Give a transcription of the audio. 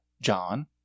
John